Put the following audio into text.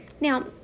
Now